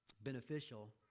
beneficial